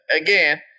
again